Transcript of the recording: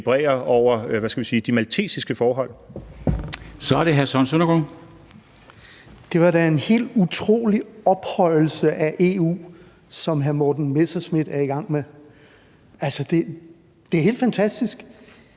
Søren Søndergaard. Kl. 19:22 Søren Søndergaard (EL): Det var da en helt utrolig ophøjelse af EU, som hr. Morten Messerschmidt er i gang med. Altså, det er helt fantastisk.